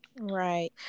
Right